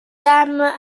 samen